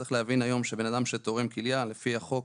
צריך להבין שהיום בן אדם שתורם כליה, לפי החוק